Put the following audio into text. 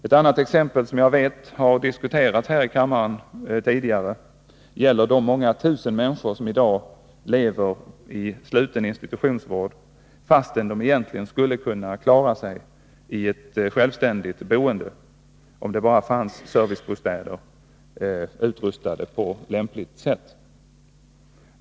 Ett annat exempel som jag vet har diskuterats här i kammaren tidigare gäller de många tusen människor som i dag lever i sluten institutionsvård, fastän de egentligen skulle kunna klara sig i ett självständigt boende, om det bara fanns servicebostäder utrustade på lämpligt sätt.